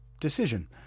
decision